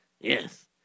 Yes